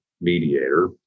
mediator